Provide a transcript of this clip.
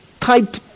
type